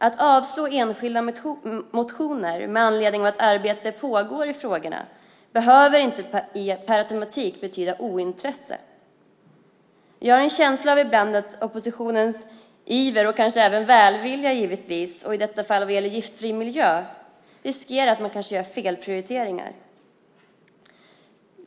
Att avslå enskilda motioner, med anledning av att arbete pågår i frågorna, behöver inte per automatik betyda ointresse. Jag har ibland en känsla av att oppositionens iver och givetvis även välvilja när det som i detta fall gäller en giftfri miljö riskerar att leda till att man gör felprioriteringar.